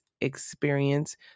experience